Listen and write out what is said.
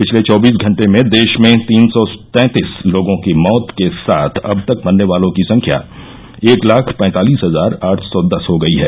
पिछले चौबीस घंटे में देश में तीन सौ तैंतीस लोगों की मौत के साथ अब तक मरने वालों की संख्या एक लाख पैंतालिस हजार आठ सौ दस हो गई है